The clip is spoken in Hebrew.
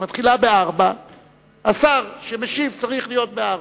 היא מתחילה ב-16:00 והשר שמשיב צריך להיות ב-16:00,